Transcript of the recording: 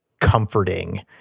comforting